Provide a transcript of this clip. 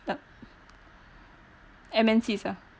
M_N_Cs ah